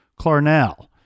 Clarnell